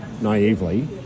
naively